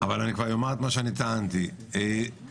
-- אבל אני אומר את מה שטענתי: לדעתי,